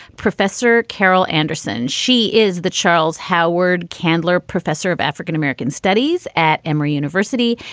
professor carol anderson. she is the charles howard candler professor of african-american studies at emory university.